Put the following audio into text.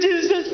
Jesus